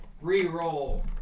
re-roll